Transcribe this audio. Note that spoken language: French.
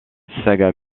saga